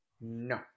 No